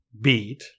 beat